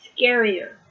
scarier